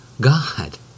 God